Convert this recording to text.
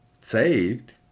saved